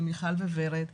אל ורד ומיכל,